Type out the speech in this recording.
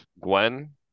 Gwen